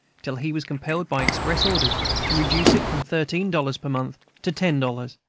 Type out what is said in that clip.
till he was compelled by express orders to reduce it from thirteen dollars per month to ten dollars,